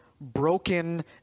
broken